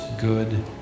good